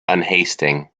unhasting